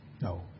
No